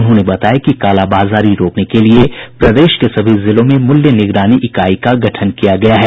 उन्होंने बताया कि कालाबाजारी रोकने के लिए प्रदेश के सभी जिलों में मूल्य निगरानी इकाई का गठन किया है